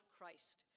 Christ